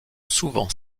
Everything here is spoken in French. souvent